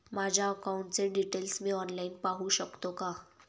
माझ्या अकाउंटचे डिटेल्स मी ऑनलाईन पाहू शकतो का?